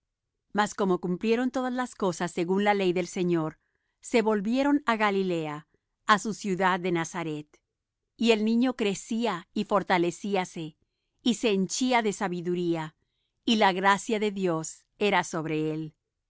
mas como cumplieron todas las cosas según la ley del señor se volvieron á galilea á su ciudad de nazaret y el niño crecía y fortalecíase y se henchía de sabiduría y la gracia de dios era sobre él